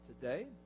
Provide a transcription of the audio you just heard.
today